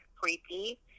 creepy